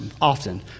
often